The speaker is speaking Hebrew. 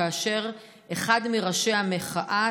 כאשר אחד מראשי המחאה,